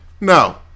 No